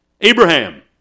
Abraham